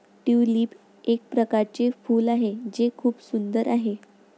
tulip एक प्रकारचे फूल आहे जे खूप सुंदर आहे